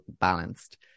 balanced